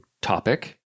topic